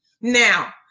Now